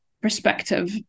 perspective